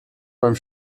beim